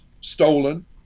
stolen